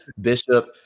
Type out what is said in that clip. Bishop